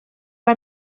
war